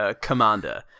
commander